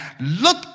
look